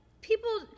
People